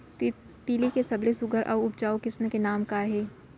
तिलि के सबले सुघ्घर अऊ उपजाऊ किसिम के नाम का हे?